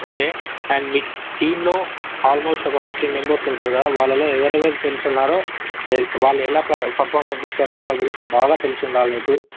okay and మీ టీంలో almost ఒక ఫిఫ్టీన్ మెంబర్స్ ఉంటారు కదా వాళ్ళలో ఎవరెవరు తెలిసి ఉన్నారో ఎ వాళ్ళు ఎలా పెర్ఫార్మెన్స్ ఇస్తారు వాళ్ళ గురించి బాగా తెలిసి ఉండాలి నీకు